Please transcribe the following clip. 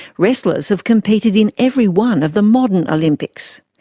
wrestlers have competed in every one of the modern olympics.